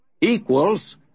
equals